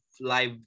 live